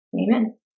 amen